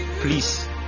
please